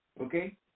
Okay